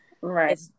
Right